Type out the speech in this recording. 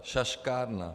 Šaškárna.